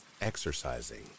exercising